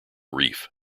reef